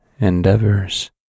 endeavors